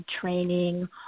training